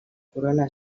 corona